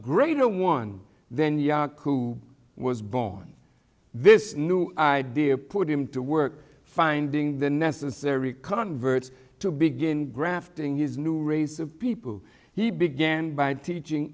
greater one then young who was born this new idea put him to work finding the necessary converts to begin grafting his new race of people he began by teaching